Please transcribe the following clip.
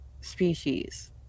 species